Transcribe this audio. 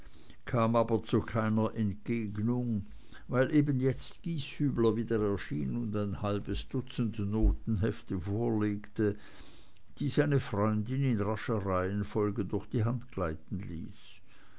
kam aber zu keiner entgegnung weil eben jetzt gieshübler wieder erschien und ein halbes dutzend notenhefte vorlegte die seine freundin in rascher reihenfolge durch die hand gleiten ließ